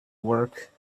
work